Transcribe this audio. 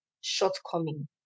shortcoming